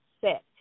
set